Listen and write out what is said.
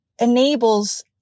enables